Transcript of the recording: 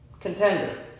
contender